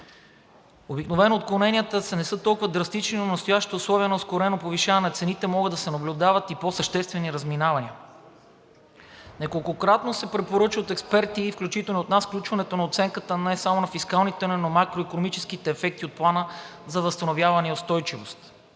Обикновено отклоненията не са толкова драстични, но при настоящите условия на ускорено повишаване на цените могат да се наблюдават и по-съществени разминавания. Неколкократно се препоръча от експерти, включително и от нас, включването на оценката не само на фискалните, но и на макроикономическите ефекти от Плана за възстановяване и устойчивост.